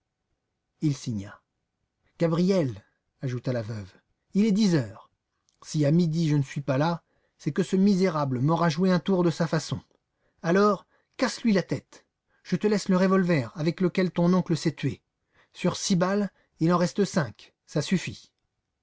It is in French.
il signa gabriel ajouta la veuve il est dix heures si à midi je ne suis pas là c'est que ce misérable m'aura joué un tour de sa façon alors casse-lui la tête je te laisse le revolver avec lequel ton oncle s'est tué sur six balles il en reste cinq ça suffit